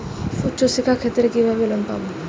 উচ্চশিক্ষার ক্ষেত্রে কিভাবে লোন পাব?